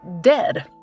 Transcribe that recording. dead